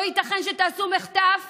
לא ייתכן שתעשו מחטף